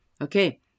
Okay